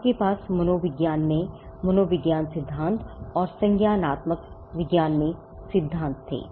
आपके पास मनोविज्ञान में मनोविज्ञान सिद्धांत और संज्ञानात्मक विज्ञान में सिद्धांत भी थे